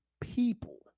people